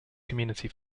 community